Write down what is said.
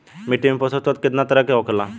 मिट्टी में पोषक तत्व कितना तरह के होला?